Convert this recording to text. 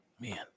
man